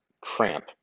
cramp